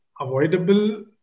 avoidable